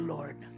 Lord